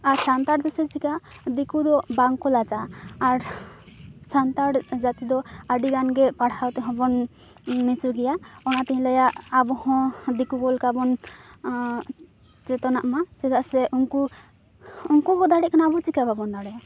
ᱟᱨ ᱥᱟᱱᱛᱟᱲ ᱫᱚ ᱪᱮᱫ ᱪᱤᱠᱟᱹᱟᱜᱼᱟ ᱫᱤᱠᱩ ᱫᱚ ᱵᱟᱝ ᱠᱚ ᱞᱟᱡᱟᱜᱼᱟ ᱟᱨ ᱥᱟᱱᱛᱟᱲ ᱡᱟᱛᱤ ᱫᱚ ᱟᱹᱰᱤᱜᱟᱱ ᱜᱮ ᱯᱟᱲᱦᱟᱣ ᱛᱮᱦᱚᱸ ᱵᱚᱱ ᱱᱤᱪᱩ ᱜᱮᱭᱟ ᱚᱱᱟᱛᱮᱧ ᱞᱟᱹᱭᱟ ᱟᱵᱚ ᱦᱚᱸ ᱫᱤᱠᱩ ᱠᱚ ᱞᱮᱠᱟᱵᱚᱱ ᱪᱮᱛᱚᱱᱟᱜ ᱢᱟ ᱪᱮᱫᱟᱜ ᱥᱮ ᱩᱱᱠᱩ ᱩᱱᱠᱩ ᱠᱚ ᱫᱟᱲᱮᱭᱟᱜ ᱠᱟᱱᱟ ᱟᱵᱚ ᱪᱤᱠᱟᱹ ᱵᱟᱵᱚᱱ ᱫᱟᱲᱮᱭᱟᱜᱼᱟ